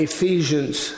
Ephesians